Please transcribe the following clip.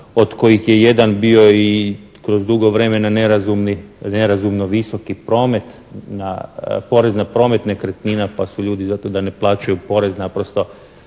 od kojih je jedan bio kroz dugo vremena nerazumno visoki promet, porez na promet nekretnina pa su ljudi za to da ne plaćaju porez, naprosto